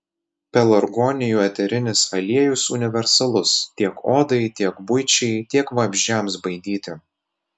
pelargonijų eterinis aliejus universalus tiek odai tiek buičiai tiek vabzdžiams baidyti